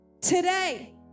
today